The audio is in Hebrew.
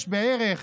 יש בערך